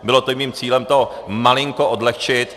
Bylo to i mým cílem to malinko odlehčit.